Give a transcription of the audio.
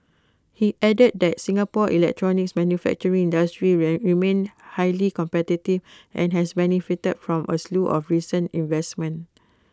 he added that Singapore's electronics manufacturing industry will remained highly competitive and has benefited from A slew of recent investments